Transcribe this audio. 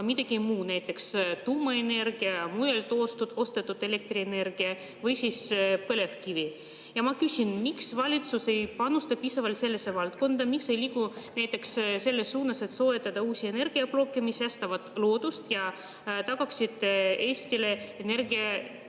midagi muud, näiteks tuumaenergia, mujalt ostetud elektrienergia või põlevkivi. Ja ma küsin: miks valitsus ei panusta piisavalt sellesse valdkonda? Miks ei liiguta näiteks selles suunas, et soetada uusi energiaplokke, mis säästaksid loodust ja tagaksid Eestile